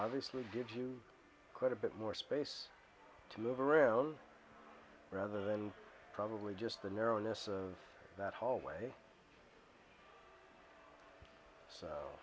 obviously gives you quite a bit more space to move around rather than probably just the narrowness of that hallway so